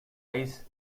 ice